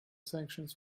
sanctions